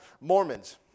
Mormons